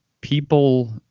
People